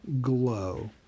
glow